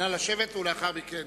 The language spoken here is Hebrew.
נא לשבת, ולאחר מכן